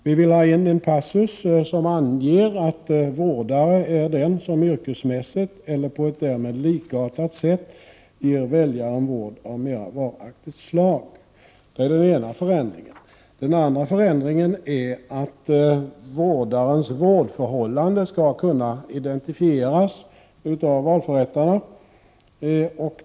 Vi vill ha in en passus som anger att vårdare är den som yrkesmässigt eller på ett därmed likartat sätt ger väljaren vård av mer varaktigt slag. Det är den ena förändringen. Den andra förändringen är att vårdförhållandet skall kunna identifieras av valförrättarna.